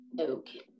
okay